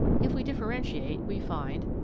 if we differentiate, we find,